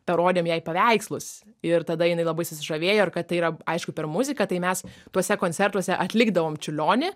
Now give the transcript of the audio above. parodėm jai paveikslus ir tada jinai labai susižavėjo ir kad tai yra aišku per muziką tai mes tuose koncertuose atlikdavom čiurlionį